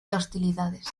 hostilidades